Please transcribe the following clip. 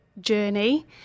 journey